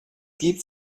gibt